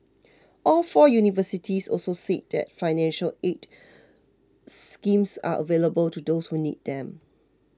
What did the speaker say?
all four universities also said that financial aid schemes are available to those who need them